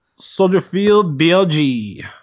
SoldierfieldBLG